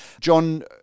John